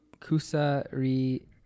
Kusari